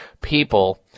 people